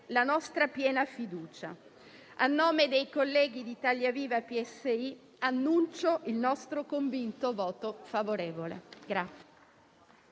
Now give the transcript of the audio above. la nostra piena fiducia. A nome dei colleghi di Italia Viva-PSI annuncio, quindi, il nostro convinto voto favorevole.